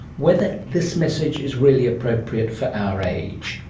whether this message is really appropriate for our age,